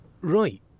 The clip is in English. Right